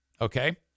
Okay